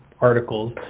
articles